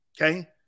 Okay